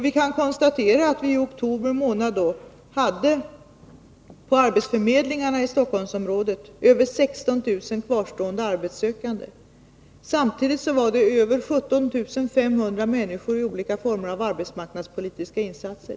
Vi kan konstatera att vi på arbetsförmedlingarna i Stockholmsområdet i oktober månad hade över 16 000 kvarstående arbetssökande. Samtidigt omfattas över 17 500 människor av olika former av arbetsmarknadspolitiska insatser.